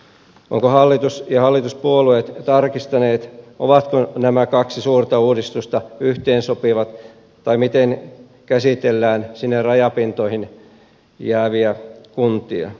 ovatko hallitus ja hallituspuolueet tarkistaneet ovatko nämä kaksi suurta uudistusta yhteensopivat tai miten käsitellään sinne rajapintoihin jääviä kuntia